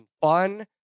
fun